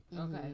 okay